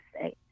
say